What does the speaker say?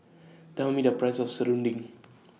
Tell Me The Price of Serunding